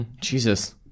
Jesus